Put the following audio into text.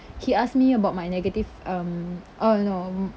he ask me about my negative um uh no